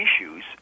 issues